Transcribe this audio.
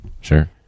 Sure